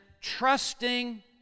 trusting